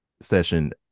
session